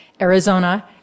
Arizona